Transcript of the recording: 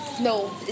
No